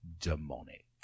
demonic